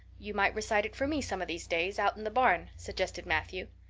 you might recite it for me some of these days, out in the barn, suggested matthew.